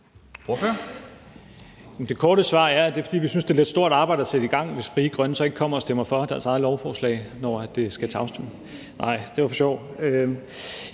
Det korte svar er, at det er, fordi vi synes, det er et lidt stort arbejde at sætte i gang, hvis Frie Grønne så ikke kommer og stemmer for deres eget forslag, når det skal til afstemning. Nej, det var for sjov.